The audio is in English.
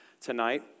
tonight